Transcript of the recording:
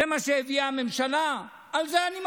זה מה שהביאה הממשלה, על זה אני מצביע.